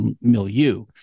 milieu